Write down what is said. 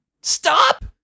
Stop